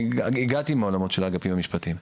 אני הגעתי מהעולמות של האגפים המשפטיים.